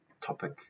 topic